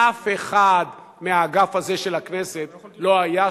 אף אחד מהאגף הזה של הכנסת לא היה שם.